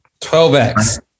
12X